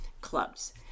clubs